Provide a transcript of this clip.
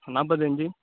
நாற்பத்தஞ்சு